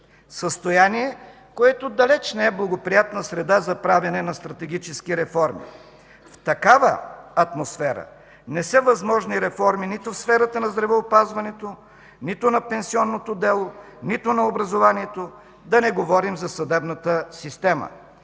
Състояние, което далеч не е благоприятна среда за правене на стратегически реформи. В такава атмосфера не са възможни реформи нито в сферата на здравеопазването, нито на пенсионното дело, нито на образованието, да не говорим за съдебната система.